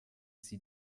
sie